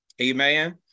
Amen